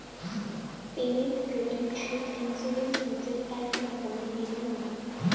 payment protection insurance হসে এক রকমের বীমা নীতি